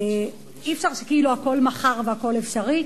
אי-אפשר שכאילו הכול מחר והכול אפשרי,